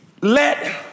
let